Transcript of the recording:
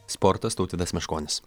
sportas tautvydas meškonis